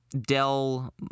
Dell